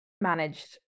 managed